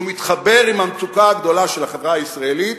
שמתחבר עם המצוקה הגדולה של החברה הישראלית,